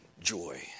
joy